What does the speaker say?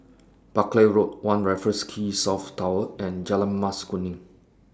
Buckley Road one Raffles Quay South Tower and Jalan Mas Kuning